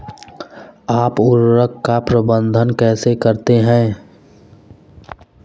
आप उर्वरक का प्रबंधन कैसे करते हैं?